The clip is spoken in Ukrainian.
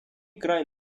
край